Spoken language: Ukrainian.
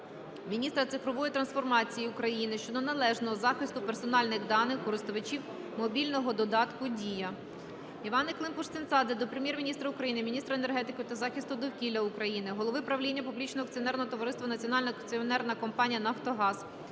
міністра цифрової трансформації України щодо належного захисту персональних даних користувачів мобільного додатку "Дія". Іванни Климпуш-Цинцадзе до Прем'єр-міністра України, міністра енергетики та захисту довкілля України, голови правління публічного акціонерного товариства Національної акціонерної компанії "Нафтогаз"